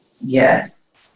Yes